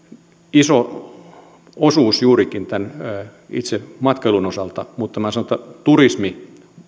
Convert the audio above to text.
iso osuus juurikin tämän itse matkailun osalta mutta minä sanon että turismi